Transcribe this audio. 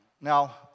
Now